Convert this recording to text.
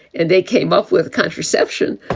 and they came up with contraception.